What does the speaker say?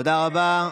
תודה רבה.